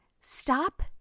stop